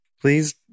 Please